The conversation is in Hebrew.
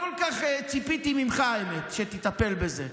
האמת היא שאני לא כל כך ציפיתי ממך שתטפל בזה,